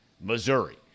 Missouri